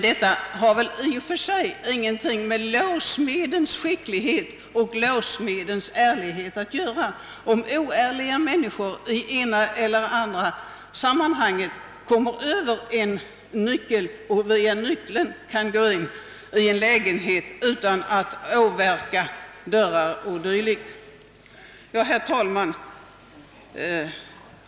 Detta har väl i och för sig ingenting med låssmedens skicklighet eller låssmedens ärlighet att göra! Herr talman!